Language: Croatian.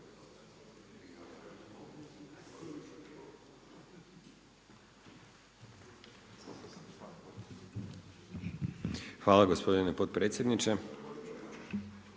Hvala gospodine predsjedniče.